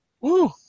Woo